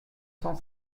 cent